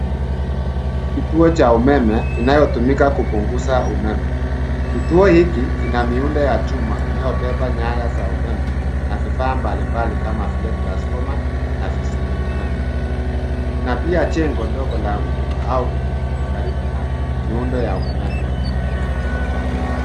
Hili ni kituo cha umeme inayotumika kupungza umeme. Kituo hiki kina miundo ya chuma inayobeba nyaya za umeme na vifaa mbalimbali kama vile transfoma na vizuia umeme. Kuna pia jengo dogo la huduma au udhibiti karibu na miundo ya umeme.